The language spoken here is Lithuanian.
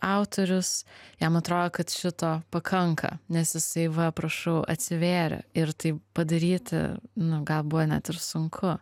autorius jam atrodo kad šito pakanka nes jisai va prašau atsivėrė ir tai padaryti nu gal buvo net ir sunku